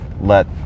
let